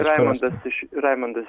raimundas iš raimundas